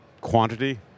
quantity